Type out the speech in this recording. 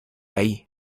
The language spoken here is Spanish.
ahí